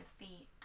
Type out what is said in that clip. defeat